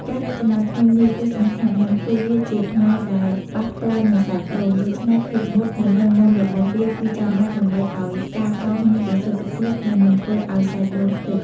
ការរចនាធ្មេញនេះគឺសំខាន់ណាស់ ព្រោះវាជាផ្នែកដែលប៉ះផ្ទាល់នឹងសាច់ដូង ដូច្នេះភាពមុត និងរឹងមាំរបស់វាគឺចាំបាច់ដើម្បីឱ្យការកោសមានប្រសិទ្ធភាព និងមិនធ្វើឱ្យសាច់ដូងខ្ទេច។